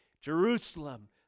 Jerusalem